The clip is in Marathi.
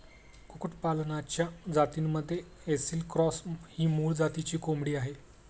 कुक्कुटपालनाच्या जातींमध्ये ऐसिल क्रॉस ही मूळ जातीची कोंबडी आहे